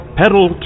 pedal